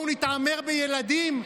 בואו נתעמר בילדים?